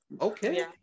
Okay